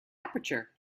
aperture